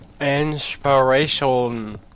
Inspiration